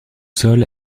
sol